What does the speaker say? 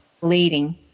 bleeding